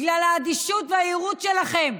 בגלל האדישות והיהירות שלכם,